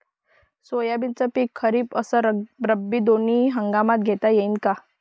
सोयाबीनचं पिक खरीप अस रब्बी दोनी हंगामात घेता येईन का?